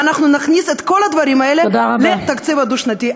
ואנחנו נכניס את כל הדברים האלה לתקציב הדו-שנתי.